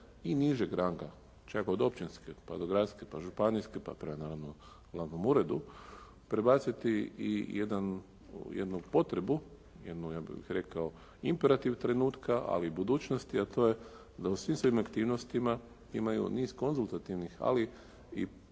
i nižeg ranga čak od općinske, pa do gradske, pa županijske pa prema naravno glavnom uredu prebaciti i jednu potrebu, jedan ja bih rekao imperativ trenutka ali i budućnosti a to je da u svim svojim aktivnostima imaju niz konzultativnih ali i